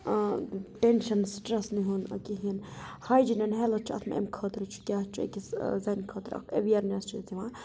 tension stress نہٕ ہُنٛد کِہیٖنۍ ہاجیٖن اینڈ ہیٚلٕتھ چھُ اَتھ منٛز اَمہِ خٲطرٕ چھُ کیٛاہ چھُ أکِس زَنہِ خٲطرٕ اَکھ اٮ۪ویرنیٚس چھِ أسۍ دِوان